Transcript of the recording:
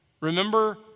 Remember